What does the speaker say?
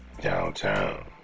downtown